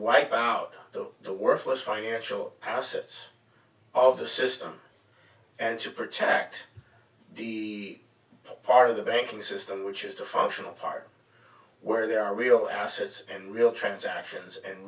wipe out the worthless financial assets of the system and to protect the part of the banking system which is the functional part where there are real assets and real transactions and